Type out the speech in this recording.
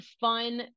fun